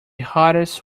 hardest